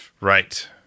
Right